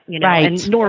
Right